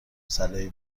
صلاحی